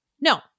No